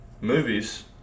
movies